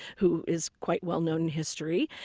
who is quite well known in history,